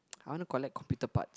I want to collect computer parts